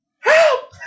help